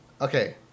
Okay